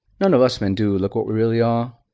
none of us men do look what we really are.